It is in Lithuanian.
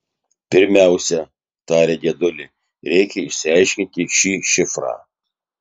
pirmiausia tarė dėdulė reikia išsiaiškinti šį šifrą